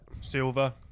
Silver